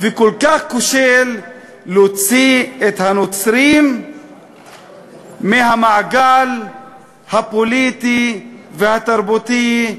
וכל כך כושל להוציא את הנוצרים מהמעגל הפוליטי והתרבותי,